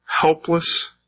helpless